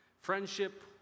friendship